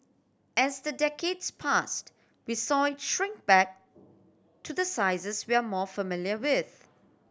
as the decades passed we saw shrink back to the sizes we are more familiar with